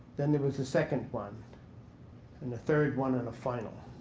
then there was the second one and the third one and a final.